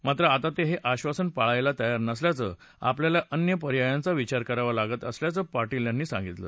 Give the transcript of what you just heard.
मात्र आता ते हे आश्वासन पाळायला तयार नसल्यानं आपल्याला अन्य पर्यायांचा विचार करावा लागत असल्याचं पार्टील म्हणाले